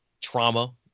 trauma